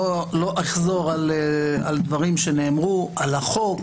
לא אחזור על דברים שנאמרו על החוק,